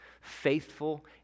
Faithful